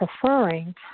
preferring